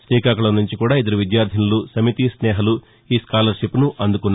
శ్రీకాకుళం నుంచి కూడా ఇద్దరు విద్యార్దినులు సమితి స్నేహలు ఈ స్కాలర్షిప్ను అందుకున్నారు